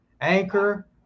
anchor